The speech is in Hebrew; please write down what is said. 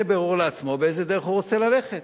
בירור לעצמו באיזו דרך הוא רוצה ללכת.